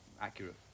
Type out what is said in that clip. Accurate